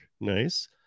Nice